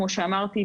כמו שאמרתי,